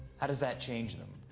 how does that change them?